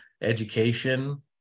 education